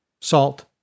Salt